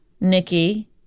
Nikki